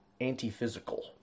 anti-physical